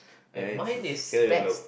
ya he's a scary bloke